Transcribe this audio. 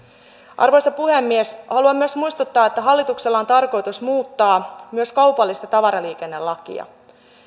arvoisa puhemies haluan myös muistuttaa että hallituksella on tarkoitus muuttaa myös kaupallista tavaraliikennelakia